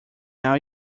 now